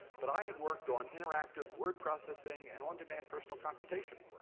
but i had worked on interactive word processing and on-demand personal computation.